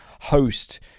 host